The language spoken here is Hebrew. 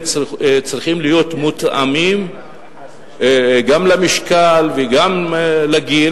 צריכים להיות מותאמים גם למשקל וגם לגיל,